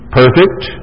perfect